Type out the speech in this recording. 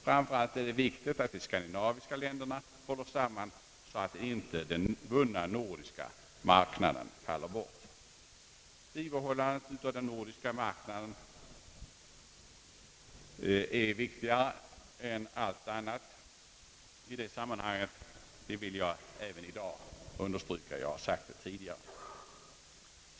Framför allt är det viktigt att de skandinaviska länderna håller samman, så att inte den vunna nordiska marknaden faller bort. Bibehållandet av den nordiska marknaden är viktigare än allt annat — det har jag sagt tidigare och det vill jag understryka även i dag.